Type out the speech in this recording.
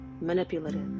manipulative